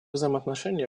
взаимоотношения